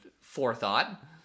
forethought